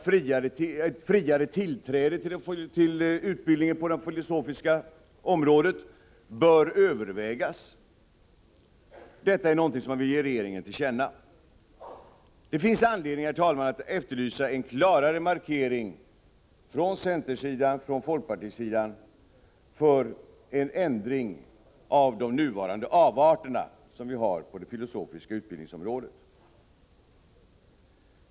Friare tillträde till utbildningen på det filosofiska området bör övervägas. Detta vill man ge regeringen till känna. Det finns anledning, herr talman, att efterlysa en klarare markering från centersidan och från folkpartisidan för en ändring av de nuvarande avarterna som vi har på det filosofiska utbildningsområdet.